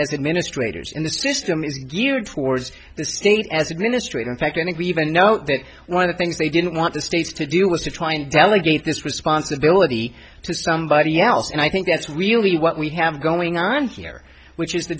administrators in the system is geared towards the state as administrator in fact i think we even know that one of the things they didn't want the states to do was to try and delegate this responsibility to somebody else and i think that's really what we have going on here which is the